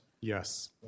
Yes